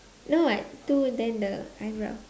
no [what] two then the eyebrow